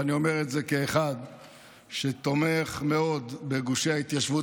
ואני אומר את זה כאחד שתומך מאוד בגושי ההתיישבות